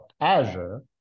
Azure